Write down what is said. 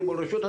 אם אדם בנה שוק,